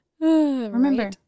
Remember